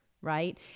right